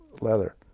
leather